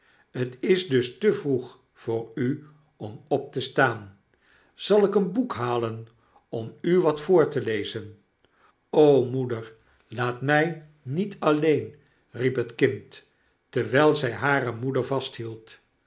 t is dus te vroeg voor u om op te staan zal ik een boek halen om u wat voor te lezen moeder laat my niet alleen riep het kind terwyl zy hare moeder vasthield